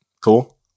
cool